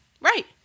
Right